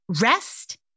Rest